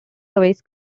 louis